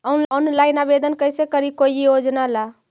Online आवेदन कैसे करी कोई योजना ला?